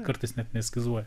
kartais net neeskizuoja